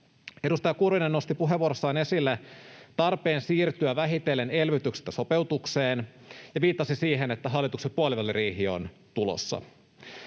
Edustaja Kurvinen nosti puheenvuorossaan esille tarpeen siirtyä vähitellen elvytyksestä sopeutukseen ja viittasi siihen, että hallituksen puoliväliriihi on tulossa.